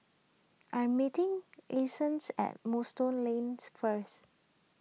I am meeting Eastons at Moonstone Lanes first